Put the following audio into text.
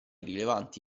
rilevanti